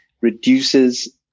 reduces